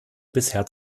bisher